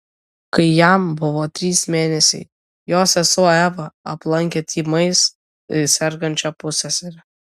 kai jam buvo trys mėnesiai jo sesuo eva aplankė tymais sergančią pusseserę